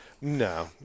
No